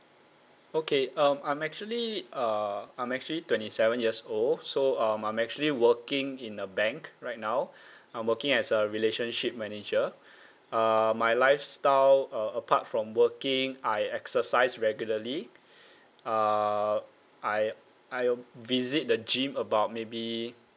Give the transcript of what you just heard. okay um I'm actually uh I'm actually twenty seven years old so um I'm actually working in a bank right now I'm working as a relationship manager uh my lifestyle uh apart from working I exercise regularly uh I I'll visit the gym about maybe